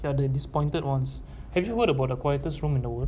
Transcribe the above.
ya the this pointed ones have you heard about the quietest room in the world